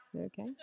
Okay